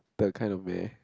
they're kind of meh